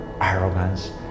arrogance